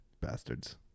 Bastards